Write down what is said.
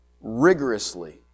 rigorously